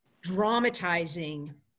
dramatizing